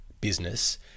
business